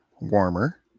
warmer